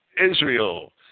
Israel